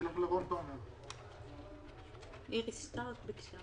רון תומר, בבקשה.